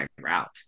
route